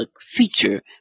feature